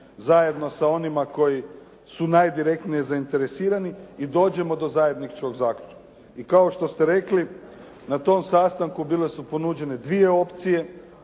zajedno sa onima koji su najdirektnije zainteresirani i dođemo od zajedničkog zaključka. I kao što ste rekli, na tom sastanku bile su ponuđene dvije opcije